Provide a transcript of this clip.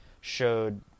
showed